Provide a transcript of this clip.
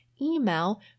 email